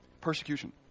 Persecution